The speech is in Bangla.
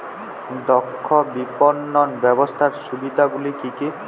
দক্ষ বিপণন ব্যবস্থার সুবিধাগুলি কি কি?